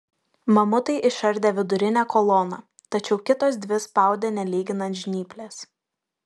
mamutai išardė vidurinę koloną tačiau kitos dvi spaudė nelyginant žnyplės